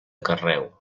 carreu